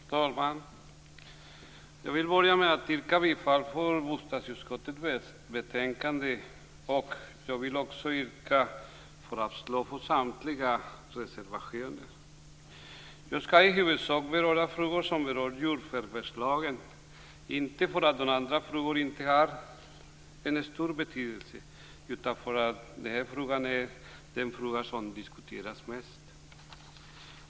Fru talman! Jag vill börja med att yrka bifall till hemställan i bostadsutskottets betänkande och avslag på samtliga reservationer. Jag skall i huvudsak beröra frågor som berör jordförvärvslagen, inte därför att andra frågor inte har stor betydelse utan därför att denna fråga diskuteras mest.